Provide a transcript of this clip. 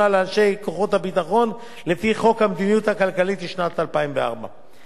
לפי חוק המדיניות הכלכלית לשנת 2004. להצעת החוק לא הוגשו הסתייגויות,